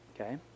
okay